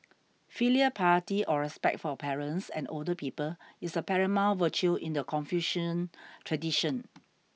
filial piety or respect for parents and older people is a paramount virtue in the Confucian tradition